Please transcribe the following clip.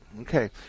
Okay